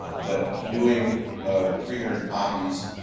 um but doing the three hundred copies